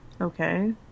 okay